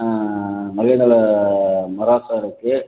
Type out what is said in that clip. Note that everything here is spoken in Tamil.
மஹேடால மொராக்கோ இருக்குது